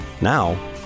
Now